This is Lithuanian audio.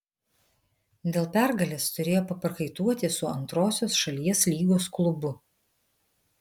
dėl pergalės turėjo paprakaituoti su antrosios šalies lygos klubu